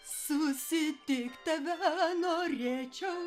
susitikt tave norėčiau